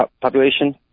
population